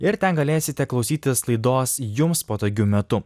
ir ten galėsite klausytis laidos jums patogiu metu